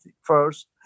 first